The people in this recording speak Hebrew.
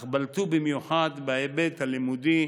אך בלטו במיוחד בהיבט הלימודי.